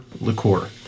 liqueur